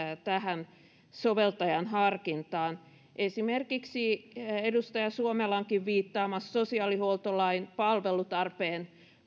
tähän soveltajan harkintaan esimerkiksi edustaja suomelankin viittaamista sosiaalihuoltolain palvelutarpeen